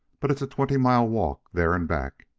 but it's a twenty-mile walk there and back.